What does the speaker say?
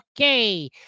Okay